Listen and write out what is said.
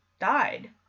died